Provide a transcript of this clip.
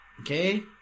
Okay